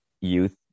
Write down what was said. youth